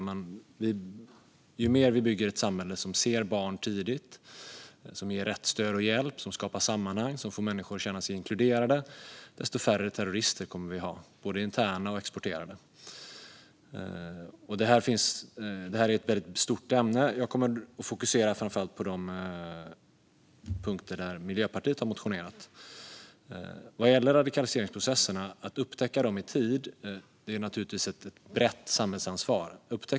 Men ju mer vi bygger ett samhälle som ser barn tidigt, som ger rätt stöd och hjälp, som skapar sammanhang och som får människor att känna sig inkluderade, desto färre terrorister kommer vi att ha, både interna och exporterade. Detta är ett väldigt stort ämne, och jag kommer att fokusera framför allt på de punkter där Miljöpartiet har motionerat. Att upptäcka och förebygga radikaliseringsprocesserna i tid är naturligtvis ett brett samhällsansvar.